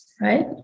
right